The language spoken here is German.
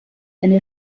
eine